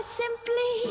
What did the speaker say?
simply